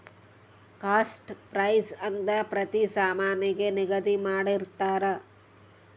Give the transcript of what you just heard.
cost price ಅಂತ ಪ್ರತಿ ಸಾಮಾನಿಗೆ ನಿಗದಿ ಮಾಡಿರ್ತರ